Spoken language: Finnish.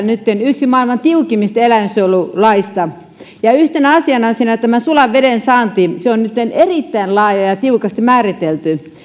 nytten pöydällä yksi maailman tiukimmista eläinsuojelulaeista ja yhtenä asiana siinä tämä sulan veden saanti se on nytten erittäin laaja ja tiukasti määritelty